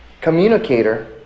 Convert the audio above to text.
communicator